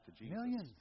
Millions